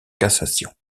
cassation